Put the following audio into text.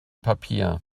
papier